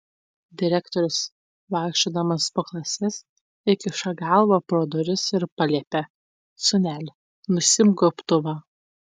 direktorius vaikščiodamas po klases įkiša galvą pro duris ir paliepia sūneli nusiimk gobtuvą